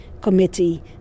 Committee